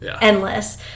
endless